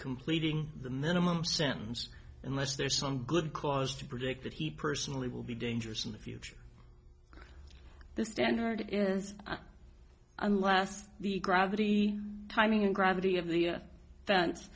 completing the minimum sentence unless there's some good cause to predict that he personally will be dangerous in the future the standard is unless the gravity timing and gravity of the fence